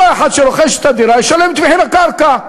אותו אחד שרוכש את הדירה ישלם את מחיר הקרקע.